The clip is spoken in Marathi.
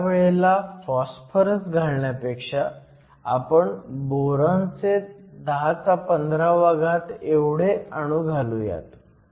पण ह्या वेळेला फॉस्फरस घालण्यापेक्षा आपण बोरॉनचे 1015 एवढे अणू घालूयात